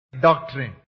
Doctrine